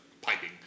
piping